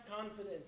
confidence